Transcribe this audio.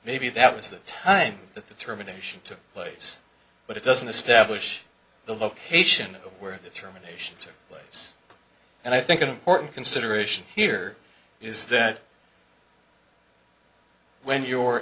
maybe that was the time that the terminations took place but it doesn't establish the location where the terminations took place and i think an important consideration here is that when you're